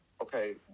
Okay